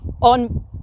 on